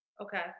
Okay